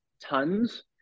tons